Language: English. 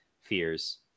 fears